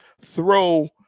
throw